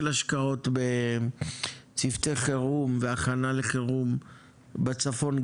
השקעות בצוותי חירום והכנה לחירום בצפון,